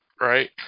right